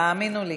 תאמינו לי.